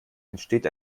entsteht